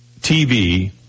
TV